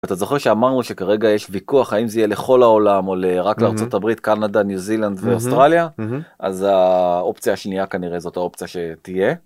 אתה זוכר שאמרנו שכרגע יש ויכוח האם זה יהיה לכל העולם, או רק לארה״ב קנדה ניו זילנד ואוסטרליה? אז האופציה השנייה כנראה זאת האופציה שתהיה.